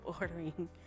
ordering